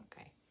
okay